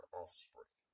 offspring